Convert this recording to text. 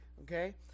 Okay